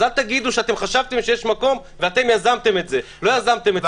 אז אל תגידו שחשבתם שיש מקום ואתם יזמתם את זה לא יזמתם את זה.